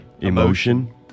Emotion